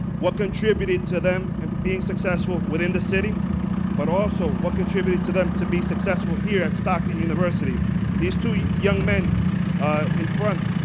what contributed to them and being successful within the city but also what contributed to them to be successful here at stockton university these two young men in front